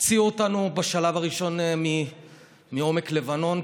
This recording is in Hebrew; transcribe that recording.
הוציאו אותנו בשלב הראשון מעומק לבנון.